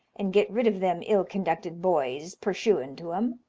and get rid of them ill-conducted boys purshuin' to em.